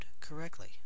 correctly